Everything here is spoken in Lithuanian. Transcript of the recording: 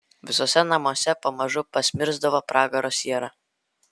visuose namuose pamažu pasmirsdavo pragaro siera